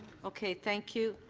okay. thank you.